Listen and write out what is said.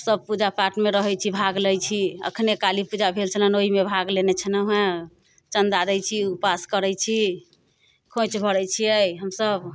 सभ पूजापाठमे रहै छी भाग लै छी एखने काली पूजा भेल छलनि ओहूमे भाग लेने छनहुँ हैं चन्दा दै छी उपास करै छी खोंइछ भरै छियै हमसभ